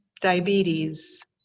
diabetes